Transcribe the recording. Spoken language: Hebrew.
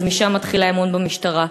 אז משם מתחיל האמון במשטרה.